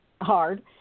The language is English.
hard